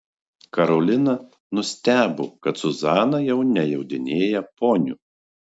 karolina nustebo kad zuzana jau nejodinėja poniu